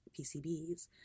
PCBs